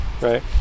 right